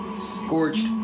Scorched